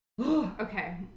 Okay